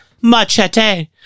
Machete